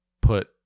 Put